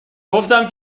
گفتم